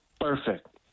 perfect